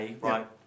right